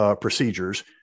procedures